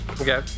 Okay